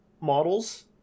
models